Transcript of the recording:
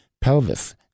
pelvis